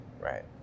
Right